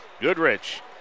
Goodrich